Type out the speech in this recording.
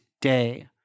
day